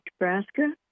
Nebraska